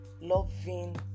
Loving